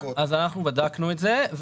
בדקנו את זה,